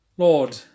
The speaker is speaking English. Lord